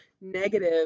negative